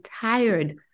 tired